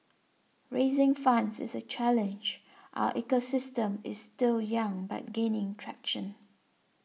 raising funds is a challenge our ecosystem is still young but gaining traction